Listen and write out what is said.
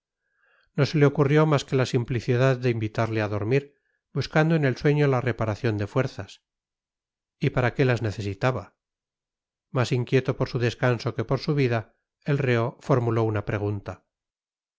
no se le ocurrió más que la simplicidad de invitarle a dormir buscando en el sueño la reparación de fuerzas y para qué las necesitaba más inquieto por su descanso que por su vida el reo formuló una pregunta